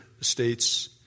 states